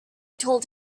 told